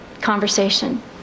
conversation